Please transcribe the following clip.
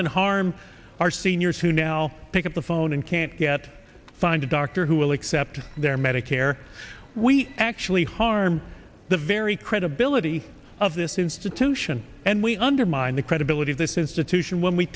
than harm our seniors who now pick up the phone and can't get find a doctor who will accept their medicare we actually harm the very credibility of this institution and we undermine the credibility of this institution when we